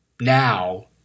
Now